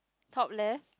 top left